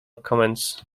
comments